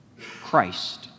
Christ